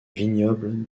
vignoble